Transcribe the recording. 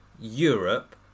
Europe